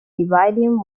dividing